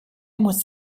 muss